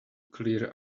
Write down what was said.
clear